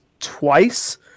twice